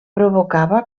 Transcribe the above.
provocava